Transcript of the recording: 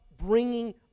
bringing